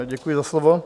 Děkuji za slovo.